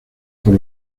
por